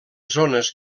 zones